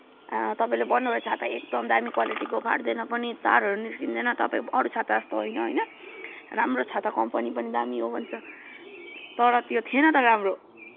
अँ तपाईँले भन्नुभयो छाता एकदम दामी क्वालिटीको फाट्दैन पनि तारहरू निस्किँदैन तपाईँ अरू छाता जस्तो होइन होइन राम्रो छाता कम्पनी पनि दामी हो भन्छ तर त्यो थिएन त राम्रो